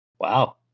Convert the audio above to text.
Wow